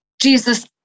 jesus